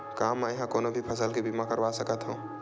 का मै ह कोनो भी फसल के बीमा करवा सकत हव?